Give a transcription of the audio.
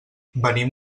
venim